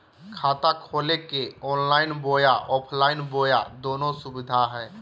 खाता खोले के ऑनलाइन बोया ऑफलाइन बोया दोनो सुविधा है?